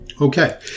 Okay